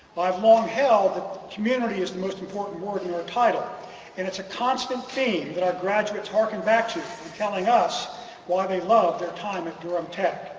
i've long held that community is the most important word in our title and it's a constant theme that our graduates harken back to telling us why they love their time at durham tech.